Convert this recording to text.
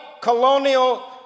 colonial